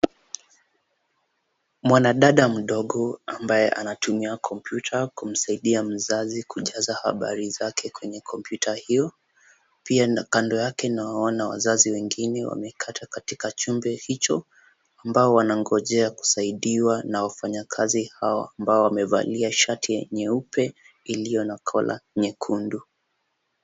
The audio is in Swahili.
Mwanadada mdogo ambaye anatumia computer kumsaidia mzazi kujaza habari zake kwenye computer hiyo, pia na kando yake nawaona wazazi wengine wamekata katika chumba hicho, ambao wanangojea kusaidiwa na wafanyakazi hao ambao wamevalia shati nyeupe iliyo na kola nyekundu.